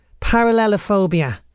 Parallelophobia